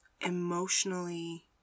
emotionally